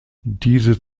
diese